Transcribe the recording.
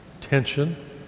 tension